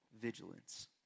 vigilance